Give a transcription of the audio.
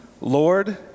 Lord